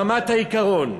ברמת העיקרון,